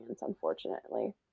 unfortunately